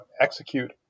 execute